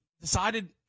decided